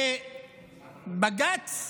ובג"ץ